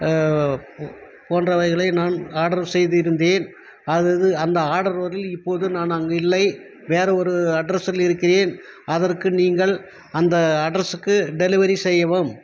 போன்றவைகளை நான் ஆர்டர் செய்திருந்தேன் அதாவது அந்த ஆர்டர் வழியில் இப்போது நான் அங்கு இல்லை வேறு ஒரு அட்ரஸ்சில் இருக்கிறேன் அதற்கு நீங்கள் அந்த அட்ரஸ்க்கு டெலிவரி செய்யவும்